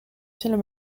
film